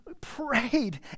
prayed